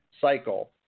cycle